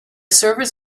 servers